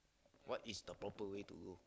what is the proper way to go